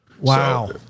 Wow